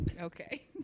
Okay